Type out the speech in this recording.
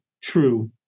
true